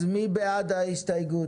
אז מי בעד ההסתייגות?